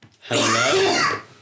Hello